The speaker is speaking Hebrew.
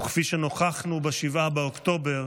וכפי שנוכחנו ב-7 באוקטובר,